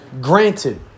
Granted